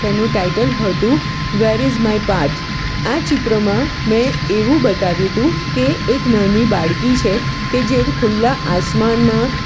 તેનું ટાઇટલ હતું where is my path આ ચિત્રમાં મેં એવું બતાવ્યું હતું કે એક નાની બાળકી છે કે જે ખુલ્લા આસમાનમાં